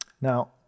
Now